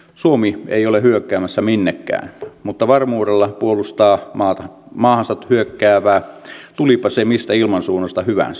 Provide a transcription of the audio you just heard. suomi ei ole hyökkäämässä minnekään mutta varmuudella puolustaa maahansa hyökkäävää tulipa se mistä ilmansuunnasta hyvänsä